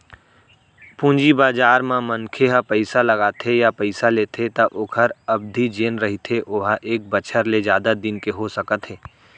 पूंजी बजार म मनखे ह पइसा लगाथे या पइसा लेथे त ओखर अबधि जेन रहिथे ओहा एक बछर ले जादा दिन के हो सकत हे